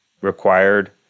required